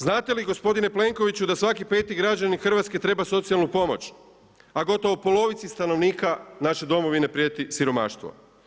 Znate li gospodine Plenkoviću da svaki 5. građanin Hrvatske treba socijalnu pomoć a gotovo polovici stanovnika naše domovine prijeti siromaštvo?